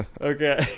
Okay